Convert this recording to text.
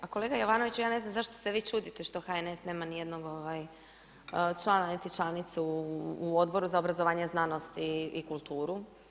A kolega Jovanović, ja ne znam zašto se vi čudite što HNS nema nijednog člana niti članicu u Odboru za obrazovanje, znanost i kulturu.